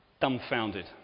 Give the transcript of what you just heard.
Dumbfounded